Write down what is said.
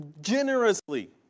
generously